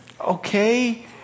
Okay